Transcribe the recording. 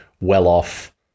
well-off